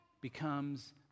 becomes